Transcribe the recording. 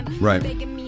Right